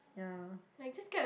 yeah